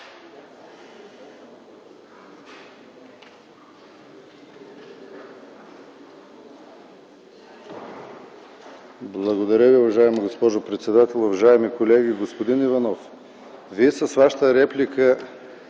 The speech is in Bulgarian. ТАКОРОВ (КБ): Уважаема госпожо председател, уважаеми колеги! Господин Иванов, Вие с Вашата реплика